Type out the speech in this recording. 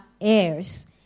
heirs